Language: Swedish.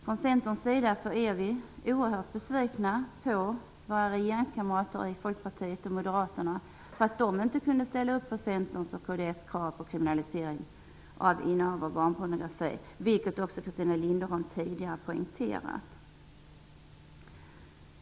Från Centerns sida är vi oerhört besvikna på våra regeringskamrater i Folkpartiet och Moderaterna för att de inte kunde ställa upp på Centerns och kds krav på kriminalisering av barnpornografi, vilket också Christina Linderholm poängterade tidigare.